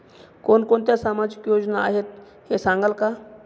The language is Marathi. कोणकोणत्या सामाजिक योजना आहेत हे सांगाल का?